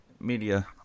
media